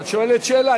את שואלת שאלה.